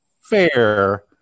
fair